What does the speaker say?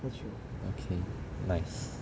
okay nice